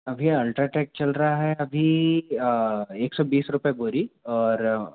अभी अल्ट्राटैक चल रहा है अभी एक सौ बीस रुपये बोरी और